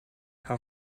how